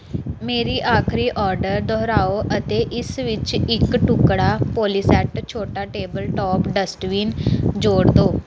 ਮੇਰੀ ਆਖਰੀ ਆਰਡਰ ਦੁਹਰਾਓ ਅਤੇ ਇਸ ਵਿੱਚ ਇੱਕ ਟੁਕੜਾ ਪੋਲੀਸੈੱਟ ਛੋਟਾ ਟੇਬਲ ਟਾਪ ਡਸਟਬਿਨ ਜੋੜ ਦਿਓ